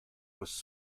was